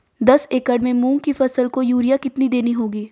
दस एकड़ में मूंग की फसल को यूरिया कितनी देनी होगी?